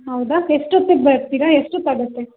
ಹೌದಾ ಎಷ್ಟೊತ್ತಿಗೆ ಬರ್ತೀರ ಎಷ್ಟೊತ್ತಾಗುತ್ತೆ